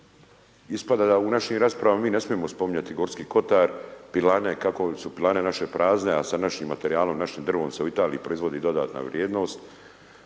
Ispada da u našim raspravama mi ne smijemo spominjati Gorski Kotar, Pilane, Kakovicu Pilane, naše prazne, a sa našim materijalom i našim drvom se u Italiji proizvodi dodatna vrijednost,